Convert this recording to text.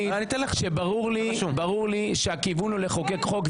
ברור לי שהכיוון הוא לחוקק חוק,